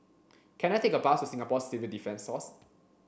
can I take a bus to Singapore Civil Defence Force